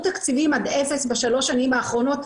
תקציבים עד אפס בשלוש שנים האחרונות,